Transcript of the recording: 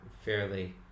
fairly